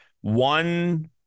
One